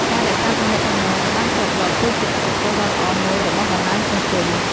ការរក្សាទំនាក់ទំនងឲ្យបានជាប់លាប់គឺជាឥទ្ធិពលដ៏ល្អមួយរបស់បណ្ដាញសង្គម។